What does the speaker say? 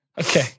okay